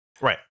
Right